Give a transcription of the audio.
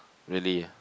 really